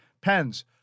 Pens